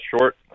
short